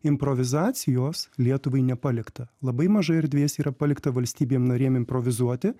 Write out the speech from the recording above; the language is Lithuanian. improvizacijos lietuvai nepalikta labai mažai erdvės yra palikta valstybėm narėm improvizuoti